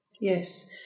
yes